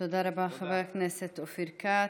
תודה רבה, חבר הכנסת אופיר כץ.